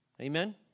Amen